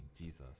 Jesus